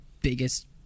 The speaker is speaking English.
biggest